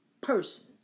person